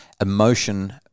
emotion